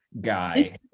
guy